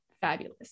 fabulous